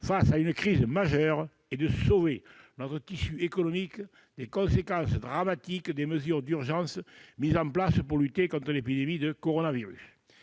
face à une crise majeure et de sauver notre tissu économique des conséquences dramatiques des mesures d'urgence mises en place pour lutter contre l'épidémie de coronavirus.